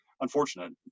unfortunate